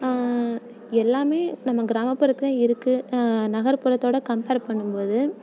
எல்லாமே நம்ம கிராமப்புறத்தில் இருக்குது நகர்புறத்தோடு கம்பேர் பண்ணும்போது